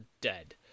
dead